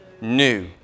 new